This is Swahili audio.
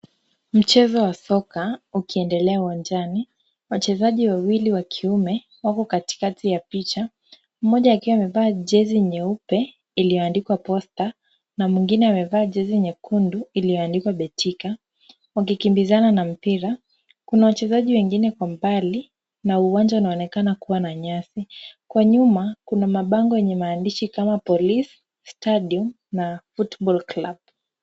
Mchezo wa soka ukiendelea uwanjani, wachezaji wawili wa kiume, wako katikati ya picha, mmoja akiwa amevaa jersey nyeupe iliyoandikwa posta, na mwingine amevaa jersey nyekundu iliyoandikwa betika, wakikimbizana na mpira, kuna wachezaji wengine kwa mbali, na uwanja unaonekana kuwa na nyasi. Kwa nyuma, kuna mabango yenye maandishi kama 'POLICE', 'STADIUM', na 'FOOTBALL CLUB'.